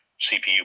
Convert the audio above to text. CPU